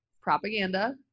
propaganda